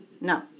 no